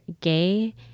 gay